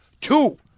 two